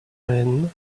when